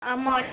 ஆமாம்